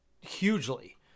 hugely